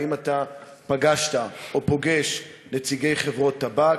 האם אתה פגשת או פוגש נציגי חברות טבק?